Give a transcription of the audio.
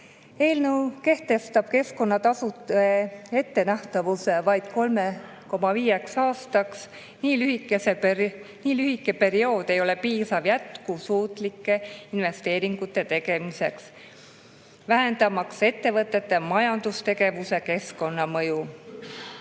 kehtestab keskkonnatasude ettenähtavuse vaid 3,5 aastaks. Nii lühike periood ei ole piisav jätkusuutlike investeeringute tegemiseks, vähendamaks ettevõtete majandustegevuse keskkonnamõju,